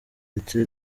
ndetse